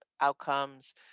outcomes